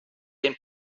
den